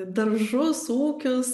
daržus ūkius